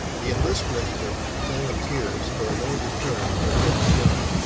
the enlistment of volunteers for a longer term had been begun,